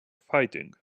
fighting